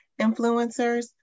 influencers